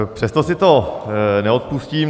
Přesto si to neodpustím.